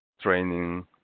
training